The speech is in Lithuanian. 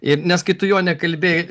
ir nes kai tu jone kalbi